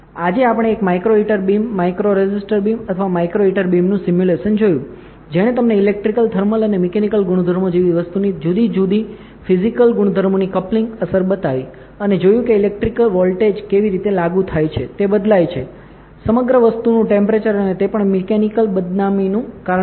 આજે આપણે એક micro heater beam micro resistor beam અથવા માઇક્રો હીટર બીમનું સિમ્યુલેશન જોયું જેણે તમને ઈલેક્ટ્રિકલ થર્મલ અને મિકેનિકલ ગુણધર્મો જેવી વસ્તુની ત્રણ જુદી જુદી ફિઝિકલ ગુણધર્મોની કપ્લિંગ અસર બતાવી અને જોયું કે ઇલેક્ટ્રિકલ વોલ્ટેજ કેવી રીતે લાગુ થાય છે તે બદલાય છે સમગ્ર વસ્તુનું ટેમ્પરેચર અને તે પણ મિકેનિકલ બદનામીનું કારણ બને છે